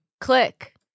click